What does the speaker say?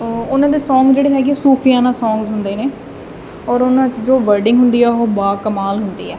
ਉਹ ਉਹਨਾਂ ਦੇ ਸੌਂਗ ਜਿਹੜੇ ਹੈਗੇ ਸੂਫੀਆਨਾ ਸੌਂਗਸ ਹੁੰਦੇ ਨੇ ਔਰ ਉਹਨਾਂ ਜੋ ਵਰਡਿੰਗ ਹੁੰਦੀ ਆ ਉਹ ਬਾ ਕਮਾਲ ਹੁੰਦੀ ਆ